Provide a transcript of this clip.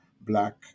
Black